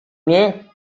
mnie